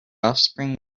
offspring